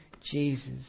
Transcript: Jesus